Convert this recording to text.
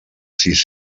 sis